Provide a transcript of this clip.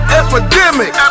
epidemic